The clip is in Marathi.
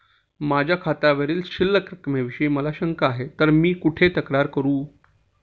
माझ्या खात्यावरील शिल्लक रकमेविषयी मला शंका आहे तर मी कुठे तक्रार करू?